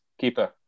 keeper